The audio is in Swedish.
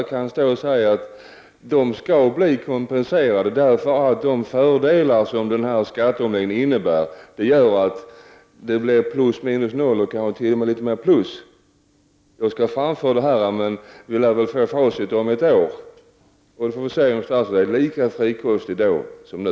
Statsrådet säger att man skall få kompensation och hänvisar till skatteomläggningen. De fördelar som skatteomläggningen innebär gör att det blir plus minus noll, och kanske t.o.m. plus. Jag skall framföra detta. Men vi lär väl få facit på hur det här utfaller om ett år. Det skall bli intressant att se om statsrådet då är lika frikostig som nu.